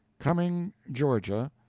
cumming, ga,